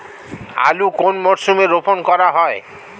আলু কোন মরশুমে রোপণ করা হয়?